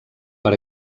per